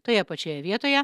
toje pačioje vietoje